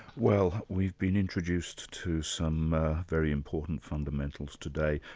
well, we've been introduced to some very important fundamentals today.